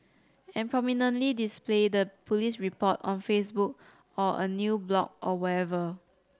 and prominently display the police report on Facebook or a new blog or wherever